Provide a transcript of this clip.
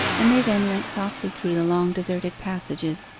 and they then went softly through the long deserted passages,